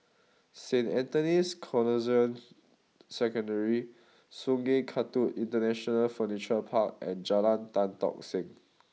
Saint Anthony's Canossian Secondary Sungei Kadut International Furniture Park and Jalan Tan Tock Seng